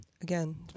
Again